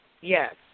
Yes